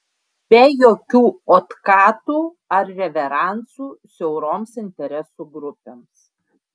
be jokių otkatų ar reveransų siauroms interesų grupėms